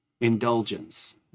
indulgence